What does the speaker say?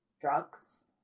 drugs